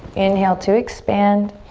inhale to expand.